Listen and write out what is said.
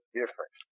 different